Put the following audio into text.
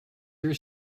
your